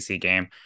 game